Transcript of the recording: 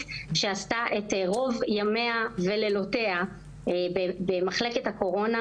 שעשתה את רוב ימיה ולילותיה במחלקת הקורונה,